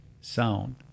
sound